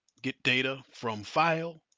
get data from file,